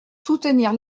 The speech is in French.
soutenir